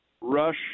rush